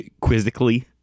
quizzically